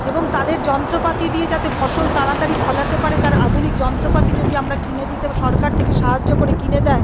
এবং তাদের যন্ত্রপাতি দিয়ে যাতে ফসল তাড়াতাড়ি ফলাতে পারে তার আধুনিক যন্ত্রপাতি যদি আমরা কিনে দিতে সরকার থেকে সাহায্য করে কিনে দেয়